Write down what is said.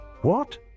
What